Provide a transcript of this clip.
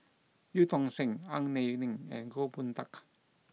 Eu Tong Sen Ang Wei Neng and Goh Boon Teck